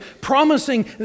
promising